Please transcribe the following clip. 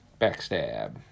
Backstab